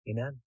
Amen